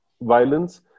violence